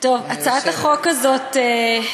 הצעת החוק הזאת,